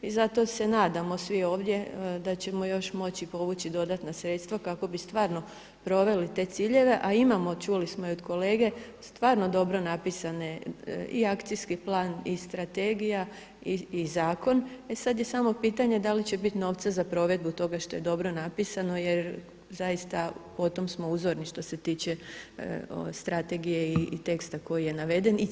I zato se nadamo svi ovdje da ćemo još moći povući dodatna sredstva kako bi stvarno proveli te ciljeve, a imamo čuli smo i od kolege stvarno dobro napisane i akaciji plan i strategija i zakon, e sada je samo pitanje da li će biti novca za provedbu toga što je dobro napisano jer zaista po tom smo uzorni što se tiče strategije i teksta koji je naveden i ciljeva.